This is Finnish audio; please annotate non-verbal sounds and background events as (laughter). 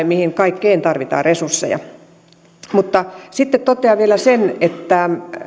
(unintelligible) mihin kaikkeen tarvitaan resursseja sitten totean vielä sen että